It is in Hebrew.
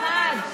אחד.